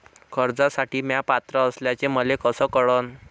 कर्जसाठी म्या पात्र असल्याचे मले कस कळन?